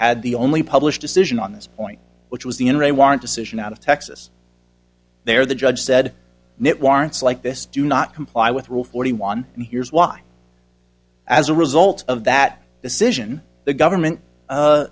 had the only published decision on this point which was the n r a warrant decision out of texas there the judge said it warrants like this do not comply with rule forty one and here's why as a result of that decision the government